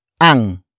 Ang